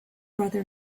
brother